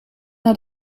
naar